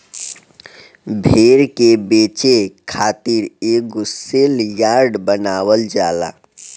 भेड़ के बेचे खातिर एगो सेल यार्ड बनावल जाला